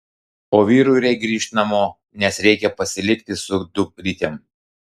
o vyrui reik grįžt namo nes reikia pasilikti su dukrytėm